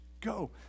Go